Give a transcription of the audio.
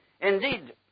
Indeed